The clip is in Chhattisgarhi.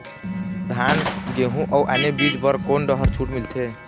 धान गेहूं अऊ आने बीज बर कोन डहर छूट मिलथे?